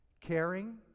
Caring